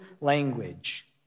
language